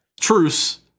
Truce